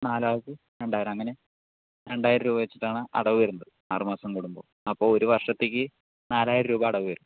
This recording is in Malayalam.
നാലാൾക്ക് രണ്ടായിരം അങ്ങനെ രണ്ടായിരം രൂപവെച്ചിട്ടാണ് അടവുവരുന്നത് ആറുമാസം കുടുമ്പോൾ അപ്പോൾ ഒരു വർഷത്തിലേക്ക് നാലായിരം രൂപ അടവുവരും